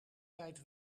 tijd